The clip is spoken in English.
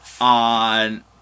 on